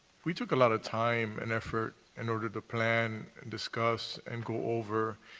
we took a lot of time and effort in order to plan, discuss, and go over,